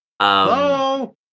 Hello